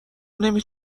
نمی